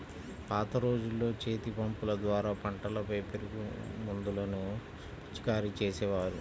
పాత రోజుల్లో చేతిపంపుల ద్వారా పంటలపై పురుగుమందులను పిచికారీ చేసేవారు